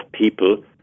people